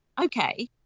okay